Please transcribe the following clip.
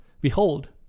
Behold